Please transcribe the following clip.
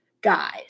guys